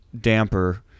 damper